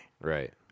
Right